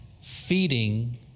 feeding